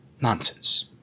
Nonsense